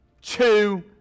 two